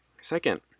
Second